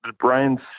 Brian's